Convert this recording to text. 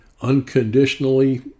unconditionally